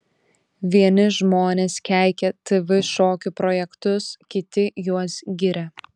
vieni žmonės keikia tv šokių projektus kiti juos giria